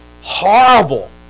horrible